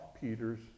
Peter's